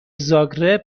زاگرب